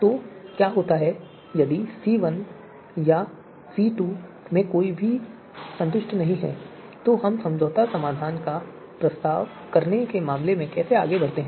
तो क्या होता है यदि C1 या C2 में से कोई भी संतुष्ट नहीं है तो हम समझौता समाधान का प्रस्ताव करने के मामले में कैसे आगे बढ़ते हैं